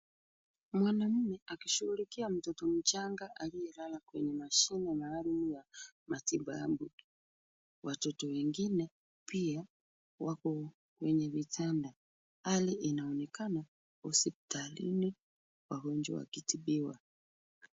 Mwanaume akishughulikia mtoto mchanga aliyelala kwenye mashine maalum ya matibabu. Watoto wengine pia wako kwenye vitanda. Hali inaonekana hospitalini wagonjwa wakitibiwa.